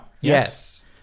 Yes